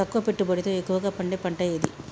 తక్కువ పెట్టుబడితో ఎక్కువగా పండే పంట ఏది?